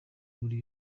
muri